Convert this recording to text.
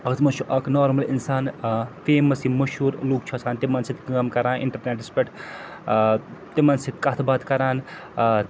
اَتھۍ منٛز چھُ اَکھ نارمَل اِنسان ٲں فیمَس یِم مشہوٗر لوٗکھ چھِ آسان تِمَن سۭتۍ کٲم کَران اِنٹَرنیٚٮٹَس پٮ۪ٹھ ٲں تِمَن سۭتۍ کَتھ باتھ کَران ٲں